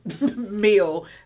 meal